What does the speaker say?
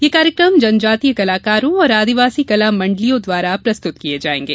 ये कार्यकम जनजातीय कलाकारों और आदिवासी कला मंडलियों द्वारा प्रस्तूत किये जायेंगे